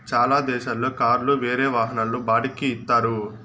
చాలా దేశాల్లో కార్లు వేరే వాహనాల్లో బాడిక్కి ఇత్తారు